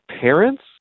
parents